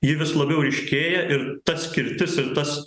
ji vis labiau ryškėja ir ta skirtis ir tas